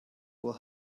will